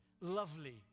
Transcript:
lovely